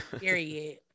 Period